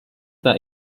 that